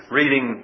reading